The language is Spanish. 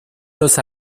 los